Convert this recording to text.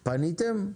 פניתם?